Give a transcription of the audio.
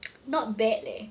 not bad leh